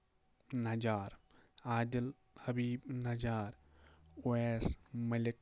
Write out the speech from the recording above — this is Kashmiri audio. نجار عادِل حبیٖب نجار اویس مٔلِک